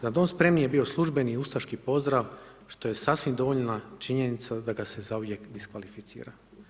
Za dom spremni je bio službeni ustaški pozdrav što je sasvim dovoljna činjenica da ga se zauvijek diskvalificira.